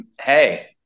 hey